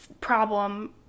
problem